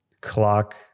clock